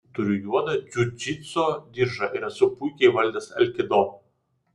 turiu juodą džiudžitso diržą ir esu puikiai įvaldęs alkido